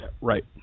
Right